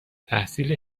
تحصیل